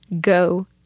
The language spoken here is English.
go